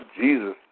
Jesus